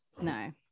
No